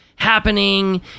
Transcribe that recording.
Happening